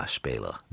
speler